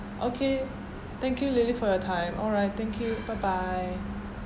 okay thank you lily for your time alright thank you bye bye